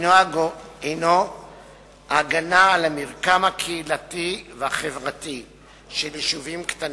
הינו הגנה על המרקם הקהילתי והחברתי של יישובים קטנים.